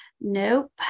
nope